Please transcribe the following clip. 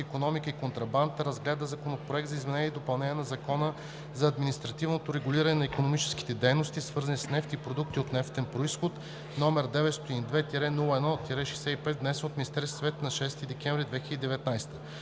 икономика и контрабандата разгледа Законопроект за изменение и допълнение на Закона за административното регулиране на икономическите дейности, свързани с нефт и продукти от нефтен произход, № 902-01-65, внесен от Министерския съвет на 6 декември 2019